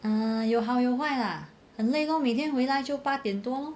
uh 有好有坏 lah 很累 lor 每天回来就八点多 lor